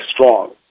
strong